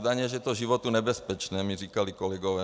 Údajně je to životu nebezpečné, mi říkali kolegové.